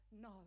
no